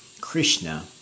Krishna